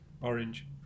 Orange